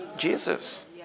Jesus